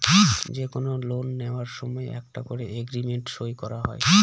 যে কোনো লোন নেওয়ার সময় একটা করে এগ্রিমেন্ট সই করা হয়